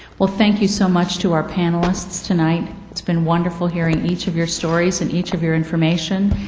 well, thank you so much to our panelists tonight, it's been wonderful hearing each of your stories and each of your information.